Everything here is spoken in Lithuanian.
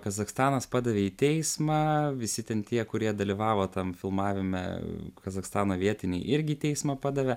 kazachstanas padavė į teismą visi ten tie kurie dalyvavo tam filmavime kazachstano vietiniai irgi į teismą padavė